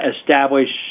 establish